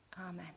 Amen